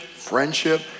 Friendship